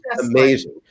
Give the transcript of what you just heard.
amazing